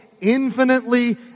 infinitely